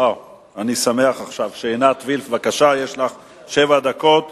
אני שמח עכשיו שעינת וילף, בבקשה, יש לך שבע דקות.